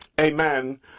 amen